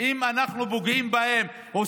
כמה זה לחודש?